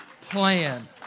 plan